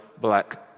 black